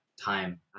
time